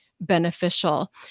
beneficial